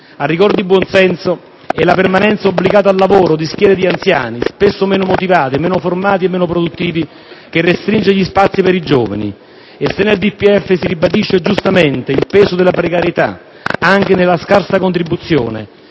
A rigor di buon senso, è la permanenza obbligata al lavoro di schiere di anziani, spesso meno motivati, meno formati e meno produttivi, che restringe gli spazi per i giovani. Se nel DPEF si ribadisce giustamente il peso della precarietà anche nella scarsa contribuzione,